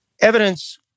evidence